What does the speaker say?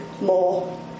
more